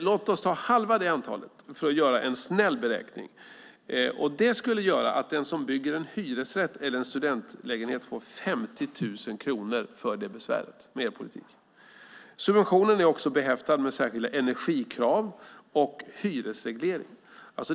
Låt oss ta halva det antalet för att göra en snäll beräkning. Det skulle med er politik betyda att den som bygger en hyresrätt eller en studentlägenhet får 50 000 kronor för det besväret. Subventionen är också behäftad med särskilda energikrav och hyresreglering.